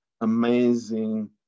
amazing